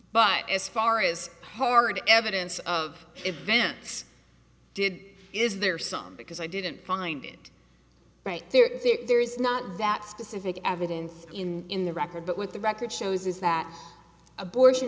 but as far as hard evidence of events did is there some because i didn't find it right there there is not that specific evidence in in the record but with the record shows is that abortion